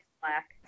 Black